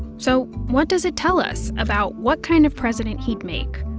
so, what does it tell us about what kind of president he'd make,